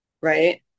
right